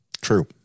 True